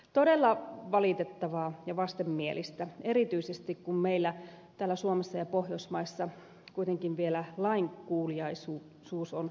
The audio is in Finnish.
todella valitettavaa ja vastenmielistä erityisesti kun meillä täällä suomessa ja pohjoismaissa kuitenkin vielä lainkuuliaisuus on arvossaan